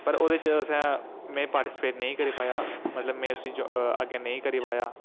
पर ओह्दे च में पार्टीसपेट नेई करी पाया मतलब में उसी अग्गै नेई करी पाया